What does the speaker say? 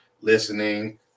listening